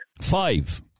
Five